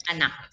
Anak